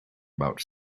about